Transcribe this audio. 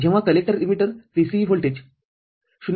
जेव्हा collector emitter VCE voltage 0